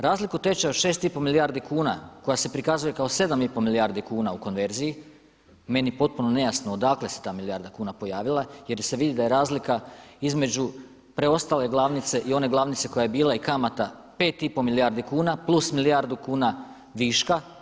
Razliku tečaja od 6 i pol milijardi kuna koja se prikazuje kao 7 i pol milijardi kuna u konverziji meni potpuno nejasno odakle se ta milijarda kuna pojavila, jer se vidi da je razlika između preostale glavnice i one glavnice koja je bila i kamata 5 i pol milijardi kuna plus milijardu kuna viška.